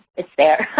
it's there